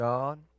God